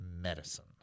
medicine